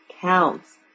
counts